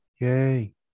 Yay